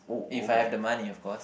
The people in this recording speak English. if I have the money of course